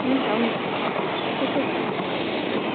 हुन्छ हुन्छ त्यसै गर्छु नि हुन्छ